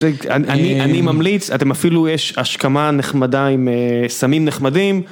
אני ממליץ, אתם אפילו יש השכמה נחמדה עם סמים נחמדים.